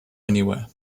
anywhere